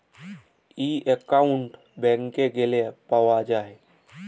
ই account ব্যাংকে গ্যালে পাউয়া যায়